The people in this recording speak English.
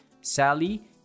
Sally